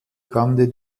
grande